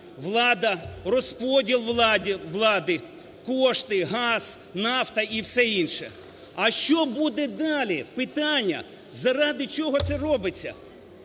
влада, розподіл влади, кошти, газ, нафта і все інше. А що буде далі - питання - заради чого це робиться?